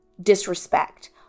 disrespect